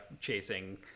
chasing